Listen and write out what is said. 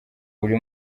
buri